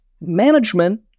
management